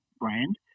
brand